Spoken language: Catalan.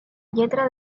lletra